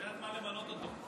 זה הזמן למנות אותו.